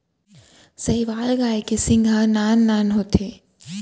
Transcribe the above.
साहीवाल गाय के सींग ह नान नान होथे